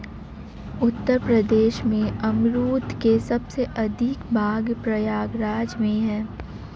उत्तर प्रदेश में अमरुद के सबसे अधिक बाग प्रयागराज में है